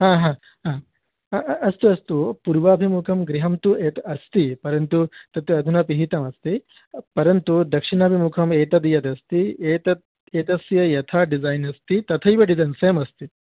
हा हा हा अस्तु अस्तु पूर्वाभिमुखं गृहं तु एतत् अस्ति परन्तु तत् अधुना पिहितमस्ति परन्तु दक्षिणाभिमुखम् एतद् यदस्ति एतत् एतस्य यथा डिसैन् अस्ति तथैव डिसैन् सेम् अस्ति